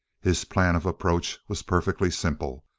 his plan of approach was perfectly simple.